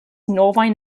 novajn